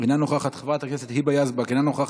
אינה נוכחת, חברת הכנסת היבה יזבק, אינה נוכחת,